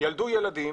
ילדו ילדים.